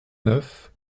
neuf